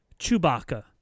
Chewbacca